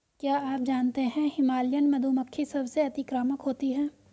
क्या आप जानते है हिमालयन मधुमक्खी सबसे अतिक्रामक होती है?